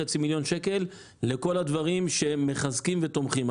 מיליון שקלים לכל הדברים שמחזקים ותומכים.